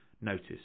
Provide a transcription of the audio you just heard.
notice